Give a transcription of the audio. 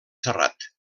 serrat